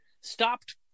stopped